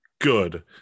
good